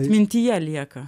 atmintyje lieka